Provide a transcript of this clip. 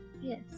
Yes